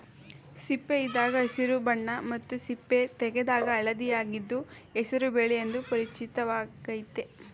ಸಿಪ್ಪೆಯಿದ್ದಾಗ ಹಸಿರು ಬಣ್ಣ ಮತ್ತು ಸಿಪ್ಪೆ ತೆಗೆದಾಗ ಹಳದಿಯಾಗಿದ್ದು ಹೆಸರು ಬೇಳೆ ಎಂದು ಪರಿಚಿತವಾಗಯ್ತೆ